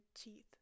teeth